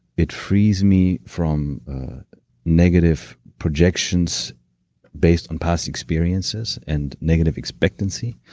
it frees me from negative projections based on past experiences and negative expectancy,